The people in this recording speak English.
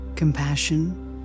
Compassion